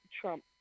Trump